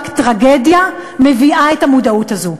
רק טרגדיה מביאה את המודעות הזאת.